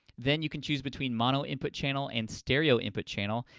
then, you could choose between mono input channel and stereo input channel.